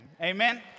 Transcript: Amen